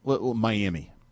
Miami